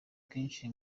bwinshi